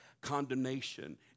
condemnation